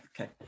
okay